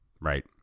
Right